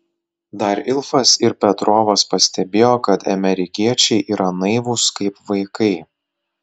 dar ilfas ir petrovas pastebėjo kad amerikiečiai yra naivūs kaip vaikai